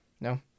No